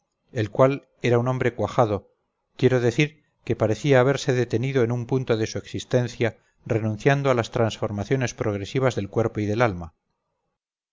el cual era un hombre cuajado quiero decir que parecía haberse detenido en un punto de su existencia renunciando a las transformaciones progresivas del cuerpo y del alma